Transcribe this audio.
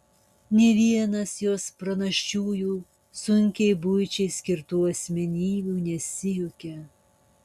nė vienas jos pranašiųjų sunkiai buičiai skirtų asmenybių nesijuokia